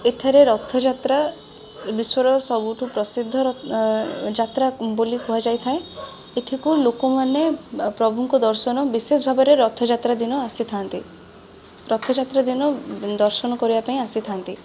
ଏଠାରେ ରଥଯାତ୍ରା ବିଶ୍ୱର ସବୁଠୁ ପ୍ରସିଦ୍ଧ ଯାତ୍ରା ବୋଲି କୁହାଯାଇଥାଏ ଏଠିକୁ ଲୋକମାନେ ପ୍ରଭୁଙ୍କ ଦର୍ଶନ ବିଶେଷ ଭାବରେ ରଥଯାତ୍ରା ଦିନ ଆସିଥାନ୍ତି ରଥଯାତ୍ରା ଦିନ ଦର୍ଶନ କରିବା ପାଇଁ ଆସିଥାନ୍ତି